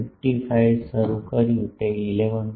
55 શરૂ કર્યું તે 11